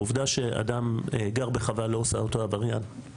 העובדה שאדם גר בחווה לא עושה אותו עבריין.